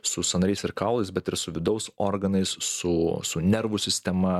su sąnariais ir kaulais bet ir su vidaus organais su su nervų sistema